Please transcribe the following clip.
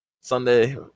Sunday